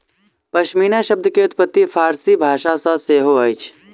पश्मीना शब्द के उत्पत्ति फ़ारसी भाषा सॅ सेहो अछि